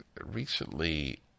recently